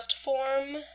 form